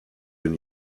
den